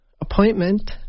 appointment